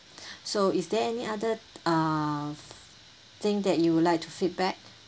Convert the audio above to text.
so is there any other uh thing that you would like to feedback